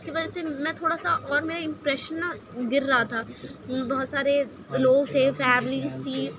اس کے وجہ سے میں تھوڑا سا اور میرا امپریشن نہ گر رہا تھا بہت سارے لوگ تھے فیملیز تھی